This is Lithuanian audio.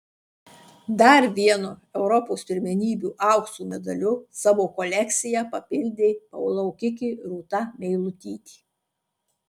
dar vienu europos pirmenybių aukso medaliu savo kolekciją papildė plaukikė rūta meilutytė